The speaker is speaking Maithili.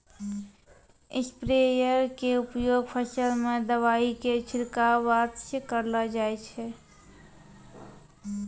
स्प्रेयर के उपयोग फसल मॅ दवाई के छिड़काब वास्तॅ करलो जाय छै